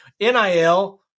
NIL